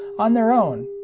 on their own,